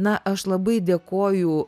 na aš labai dėkoju